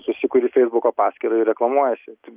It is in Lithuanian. susikuri feisbuko paskyrą ir reklamuojiesi